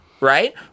Right